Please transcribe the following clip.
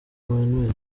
emmanuel